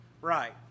Right